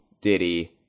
Diddy